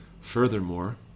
Furthermore